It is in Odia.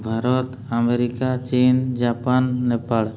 ଭାରତ ଆମେରିକା ଚୀନ ଜାପାନ ନେପାଳ